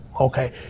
Okay